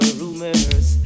rumors